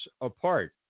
apart